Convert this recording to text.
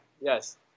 yes